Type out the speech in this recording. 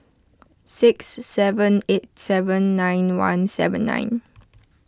six seven eight seven nine one seven nine